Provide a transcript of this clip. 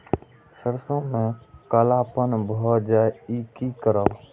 सरसों में कालापन भाय जाय इ कि करब?